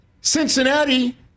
Cincinnati